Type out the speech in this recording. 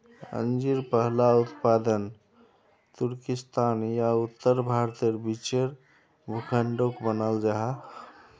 अंजीर पहला उत्पादन तुर्किस्तान या उत्तर भारतेर बीचेर भूखंडोक मानाल जाहा